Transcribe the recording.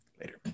Later